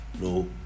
No